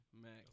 Max